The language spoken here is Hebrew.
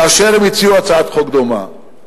כאשר הן הציעו הצעת חוק דומה,